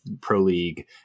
pro-league